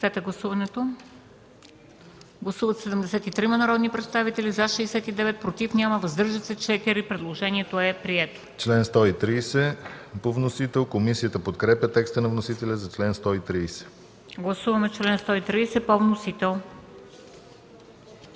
Гласуваме чл. 25 по вносител.